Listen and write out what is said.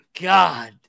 God